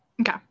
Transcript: Okay